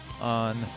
on